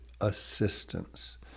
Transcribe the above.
assistance